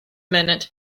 minute